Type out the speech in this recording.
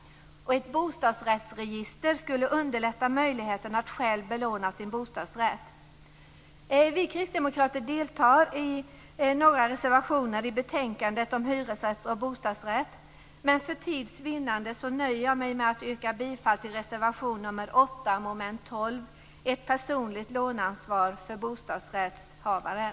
Ett bostadsrättsregister skulle underlätta möjligheten att själv belåna sin bostadsrätt. Vi kristdemokrater deltar i flera reservationer i betänkandet om hyresrätt och bostadsrätt. För tids vinnande nöjer jag mig med att yrka bifall till reservation 8 under mom. 12 om ett personligt låneansvar för bostadsrättshavaren.